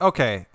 Okay